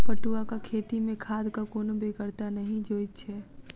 पटुआक खेती मे खादक कोनो बेगरता नहि जोइत छै